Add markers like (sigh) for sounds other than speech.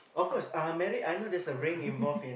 oh (laughs)